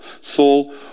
soul